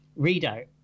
readout